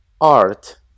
art